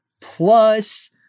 Plus